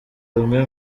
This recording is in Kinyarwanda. rumwe